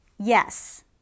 Yes